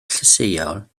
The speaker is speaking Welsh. llysieuol